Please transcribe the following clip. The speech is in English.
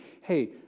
hey